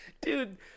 Dude